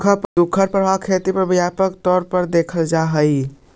सुखा का प्रभाव खेती पर व्यापक तौर पर दिखअ हई